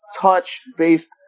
touch-based